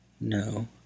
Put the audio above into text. No